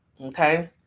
okay